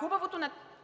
Хубавото на